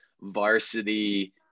varsity